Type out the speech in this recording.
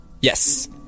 yes